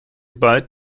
bald